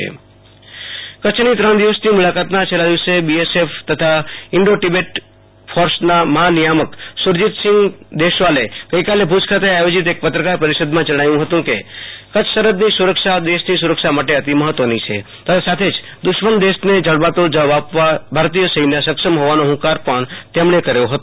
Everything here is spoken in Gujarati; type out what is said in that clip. આશુ તોષ અંતાણી કચ્છઃ બીએસએફ વડા મુલાકાતઃ કચ્છની ત્રણ દિવસની મુલાકાતના છેલ્લા દિવસે બીએસએફ તથા ઈન્ડોન્તિબેટન ફોર્સના મહા નિયામક સુરજીતસિંહ દેશવાલે ગઈકાલે ભુજ ખાતે આયોજિત એક પ્પકાર પરિષદમાં જણાવ્યું હતું કે કચ્છ સરહદની સુ રક્ષા દેશની સુ રક્ષા માટે અતિ મહત્ત્વની છે તથા સાથે જ દુશ્મન દેશને જડબાતોડ જવાબ આપવા ભારતિય સૈન્ય સક્ષમ હોવાનો ઠુંકાર પણ તેમણે કર્યો હતો